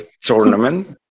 Tournament